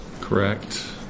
Correct